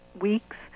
weeks